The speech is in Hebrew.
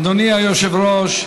אדוני היושב-ראש,